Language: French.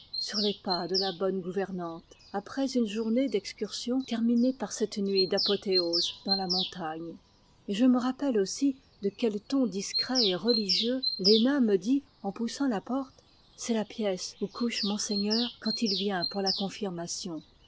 sur les pas de la bonne gouvernante après une journée d'excursions terminée par cette nuit d'apothéose dans la montagne et je me rappelle aussi de quel ton discret et religieux léna me dit en poussant la porte c'est la pièce où couche monseigneur quand il vient pour la confirmation